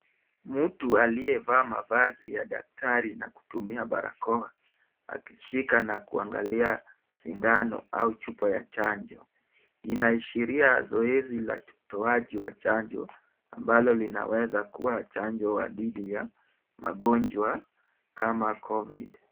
Mtu aliye vaa mavazi ya daktari na kutumia barakoa, akishika na kuangalia sindano au chupa ya chanjo, inaishiria zoezi la tutoaji wa chanjo, ambalo linaweza kuwa chanjo wa dhidi ya magonjwa, kama COVID.